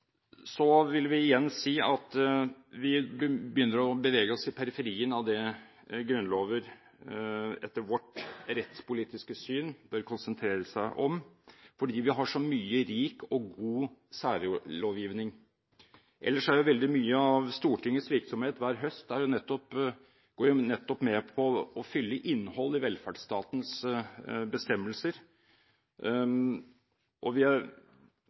så gjelder de mer spesifikke økonomiske, sosiale og kulturelle rettighetene, vil vi igjen si at vi begynner å bevege oss i periferien av det grunnlover etter vårt rettspolitiske syn bør konsentrere seg om, fordi vi har så mye rik og god særlovgivning. Ellers går veldig mye av Stortingets virksomhet hver høst nettopp med til å fylle innholdet i velferdsstatens bestemmelser. Vi